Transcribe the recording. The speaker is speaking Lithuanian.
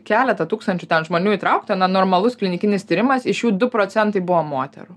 keletą tūkstančių žmonių įtraukta na normalus klinikinis tyrimas iš jų du procentai buvo moterų